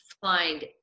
find